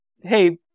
hey